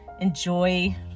enjoy